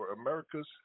America's